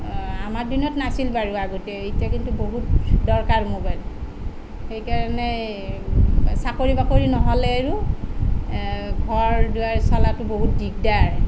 আমাৰ দিনত নাছিল বাৰু আগতে এতিয়া কিন্তু বহুত দৰকাৰ ম'বাইল সেইকাৰণে এই চাকৰি বাকৰি নহ'লে আৰু ঘৰ দুৱাৰ চলাটো বহুত দিকদাৰ